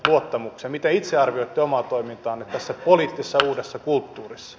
miten itse arvioitte omaa toimintaanne tässä poliittisessa uudessa kulttuurissa